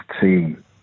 team